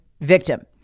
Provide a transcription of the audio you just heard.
victim